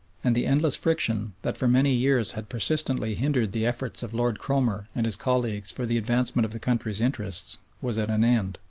and the endless friction that for many years had persistently hindered the efforts of lord cromer and his colleagues for the advancement of the country's interests was at an end.